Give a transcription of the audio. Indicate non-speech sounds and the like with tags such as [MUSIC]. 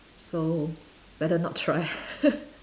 so better not try [LAUGHS]